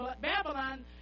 Babylon